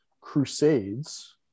crusades